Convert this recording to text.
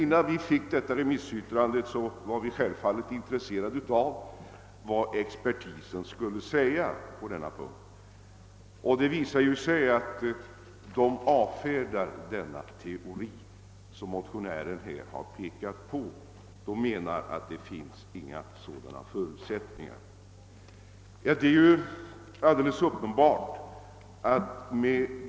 När vi fick remissyttrandet från SGU var vi självfallet mycket intresserade av vad expertisen skulle säga på denna punkt. Det visar sig att SGU avfärdar motionärens teori och menar att det inte finns några förutsättningar av det beskrivna slaget.